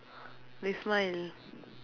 they smile